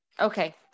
Okay